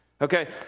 Okay